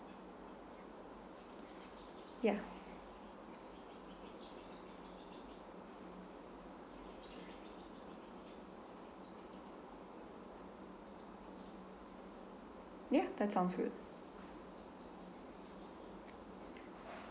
ya ya that sounds good